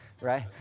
right